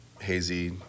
hazy